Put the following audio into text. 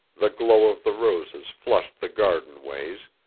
the glow of the roses flushed the garden ways,